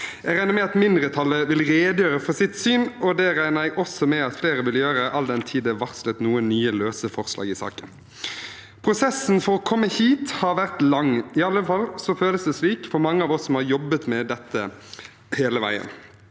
Jeg regner med at mindretallet vil redegjøre for sitt syn, og det regner jeg også med at flere vil gjøre, all den tid det er varslet noen nye, løse forslag i saken. Prosessen for å komme hit har vært lang. Iallfall føles det slik for mange av oss som har jobbet med dette hele veien.